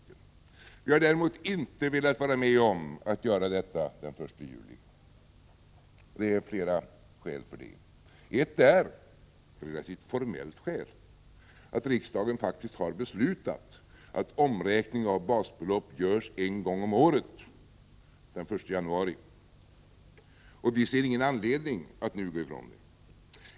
Vi moderater har däremot inte velat gå med på att denna förändring skall gälla från den 1 juli. Det finns flera skäl till det. Ett skäl — ett relativt formellt skäl — är att riksdagen faktiskt har beslutat att omräkning av basbelopp görs en gång om året, den 1 januari. Vi ser ingen anledning att nu gå ifrån det.